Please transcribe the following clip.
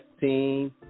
team